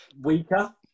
weaker